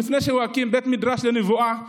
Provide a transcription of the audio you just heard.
לפני שהוא מקים בית מדרש לנבואה,